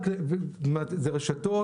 זה רשתות